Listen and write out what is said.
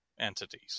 Entities